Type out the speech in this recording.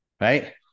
Right